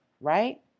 right